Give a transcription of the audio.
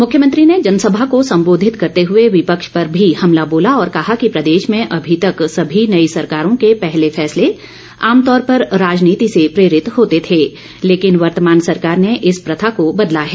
मुख्यमंत्री ने जनसभा को संबोधित करते हुए विपक्ष पर भी हमला बोला और कहा कि प्रदेश में अभी तक ॅसभी नई सरकारों के पहले फैसले आमतौर पर राजनीति से प्रेरित होते थे लेकिन वर्तमान सरकार ने इस प्रथा को बदला है